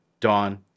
Dawn